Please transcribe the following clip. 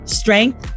strength